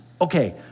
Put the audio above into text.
Okay